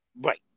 right